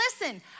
Listen